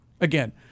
Again